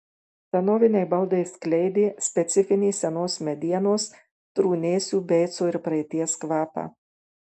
senoviniai baldai skleidė specifinį senos medienos trūnėsių beico ir praeities kvapą